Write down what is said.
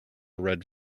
red